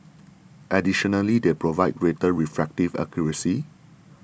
additionally they provide greater refractive accuracy